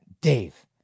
Dave